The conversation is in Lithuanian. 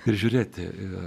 ir žiūrėti